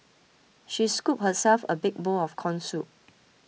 she scooped herself a big bowl of Corn Soup